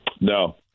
No